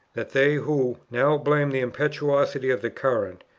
that they who now blame the impetuosity of the current,